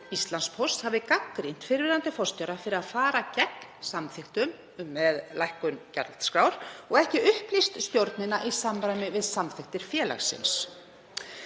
Íslandspósts hafi gagnrýnt fyrrverandi forstjóra fyrir að fara gegn samþykktum með lækkun gjaldskrár og ekki upplýst stjórnina í samræmi við samþykktir félagsins.